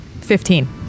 Fifteen